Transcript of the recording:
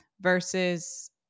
versus